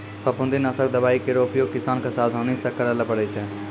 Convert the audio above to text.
फफूंदी नासक दवाई केरो उपयोग किसान क सावधानी सँ करै ल पड़ै छै